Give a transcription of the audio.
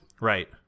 Right